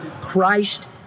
Christ